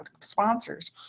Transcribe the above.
sponsors